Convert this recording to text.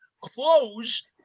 close